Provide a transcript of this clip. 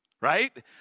right